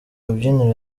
rubyiniro